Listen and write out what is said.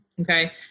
Okay